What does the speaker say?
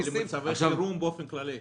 החירום באופן כללי.